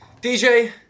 DJ